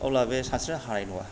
अब्ला बे सानस्रिनो हानाय नङा